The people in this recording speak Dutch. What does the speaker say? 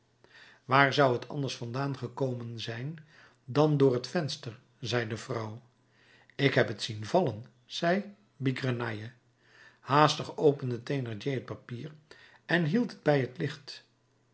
waar zou t anders vandaan gekomen zijn dan door het venster zei de vrouw ik heb t zien vallen zei bigrenaille haastig opende thénardier het papier en hield het bij het licht